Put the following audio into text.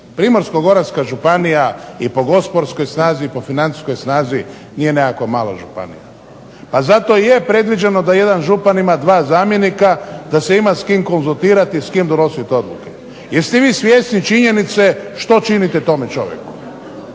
Primorsko-goranska županija i po gospodarskoj snazi i po financijskoj snazi nije nekakva mala županija, pa zato i je predviđeno da jedan župan ima dva zamjenika da se ima s kim konzultirati i s kim donositi odluke. Jeste li vi svjesni činjenice što činite tome čovjeku